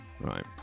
Right